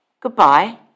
Goodbye